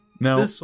Now